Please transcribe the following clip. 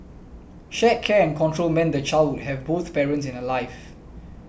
shared care and control meant the child would have both parents in her life